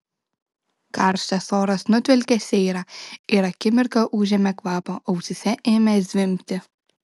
karštas oras nutvilkė seirą ir akimirką užėmė kvapą ausyse ėmė zvimbti